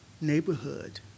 neighborhood